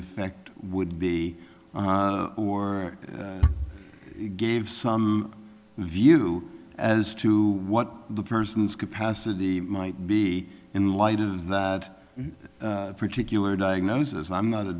effect would be or gave some view as to what the person's capacity might be in light of that particular diagnosis i'm not a